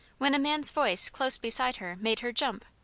when a man's voice close beside her made her jump.